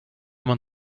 man